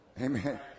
Amen